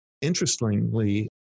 Interestingly